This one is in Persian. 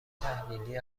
تحلیلی